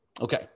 Okay